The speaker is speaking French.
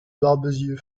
barbezieux